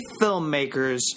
filmmakers